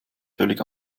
völlig